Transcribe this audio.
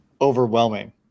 overwhelming